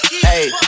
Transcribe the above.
hey